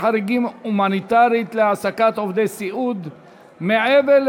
התעבורה (איסור שימוש בטלפון נייד או באוזניות במעבר חציה),